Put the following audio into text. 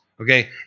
Okay